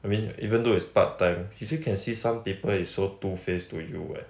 I mean even though is part time you still can see some people is so two faced to you [what]